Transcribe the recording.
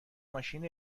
ماشین